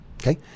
okay